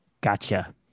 Gotcha